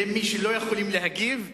אלה שלא יכולים להגיב אומרים: